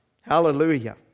Hallelujah